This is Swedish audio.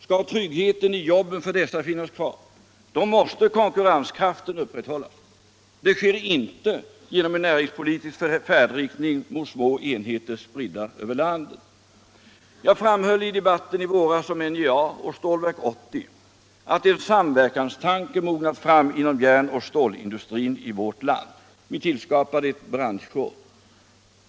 Skall tryggheten i jobben för dessa finnas kvar, då måste konkurrenskraften upprätthållas. Det sker inte genom en näringspolitisk färdriktning mot små enheter, spridda över landet. Jag framhöll i debatten i våras om NJA och Stålverk 80 att en samverkanstanke mognat fram inom järnoch stålindustrin i vårt land. Vi tillskapade ett branschråd.